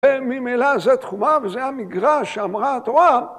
ממילא זו תחומה וזה המגרש שאמרה התורה.